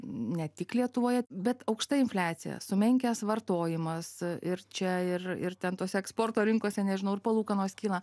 ne tik lietuvoje bet aukšta infliacija sumenkęs vartojimas ir čia ir ir ten tose eksporto rinkose nežinau ar palūkanos kyla